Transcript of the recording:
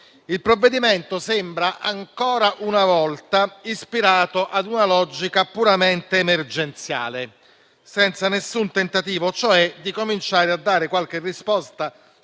il provvedimento sembra, ancora una volta, ispirato ad una logica puramente emergenziale, senza alcun tentativo, cioè, di cominciare a dare qualche risposta